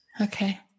Okay